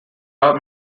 are